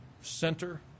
center